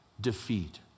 defeat